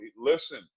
Listen